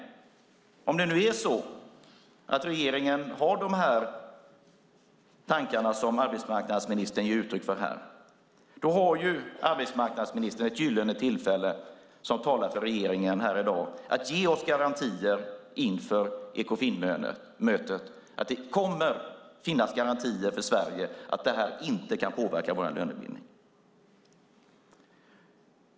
Om det nu är så att regeringen har de tankar som arbetsmarknadsministern ger uttryck för, då har arbetsmarknadsministern, som talar för regeringen här i dag, ett gyllene tillfälle att ge oss garantier inför Ekofinmötet, att säga att det kommer att finnas garantier för Sverige som innebär att det här inte kan påverka vår lönebildning.